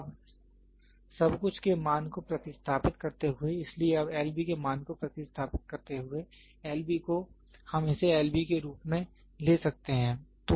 अब सब कुछ के मान को प्रतिस्थापित करते हुए इसलिए अब L B के मान को प्रतिस्थापित करते हुए L B को हम इसे L B के रूप में ले सकते हैं